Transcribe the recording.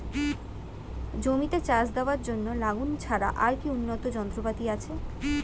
জমিতে চাষ দেওয়ার জন্য লাঙ্গল ছাড়া আর কি উন্নত যন্ত্রপাতি আছে?